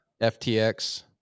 FTX